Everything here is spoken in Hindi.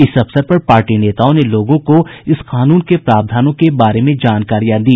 इस अवसर पर पार्टी नेताओं ने लोगों को इस कानून के प्रावधानों के बारे में जानकारियां दी